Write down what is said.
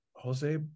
Jose